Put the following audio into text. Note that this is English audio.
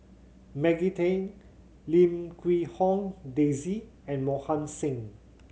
Maggie Teng Lim Quee Hong Daisy and Mohan Singh